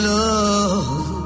love